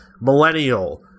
millennial